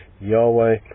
Yahweh